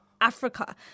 Africa